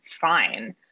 fine